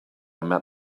met